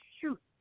shoot